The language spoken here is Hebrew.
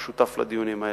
שהוא שותף לדיונים האלה,